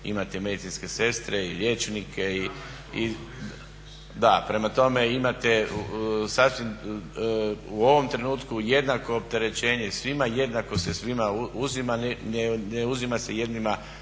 imate medicinske sestre i liječnike. Prema tome, imate sasvim u ovom trenutku jednako opterećenje, svima jednako se svima uzima. Ne uzima se jednima,